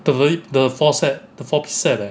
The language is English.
gladiator the four set the fourth set leh